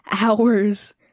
hours